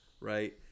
right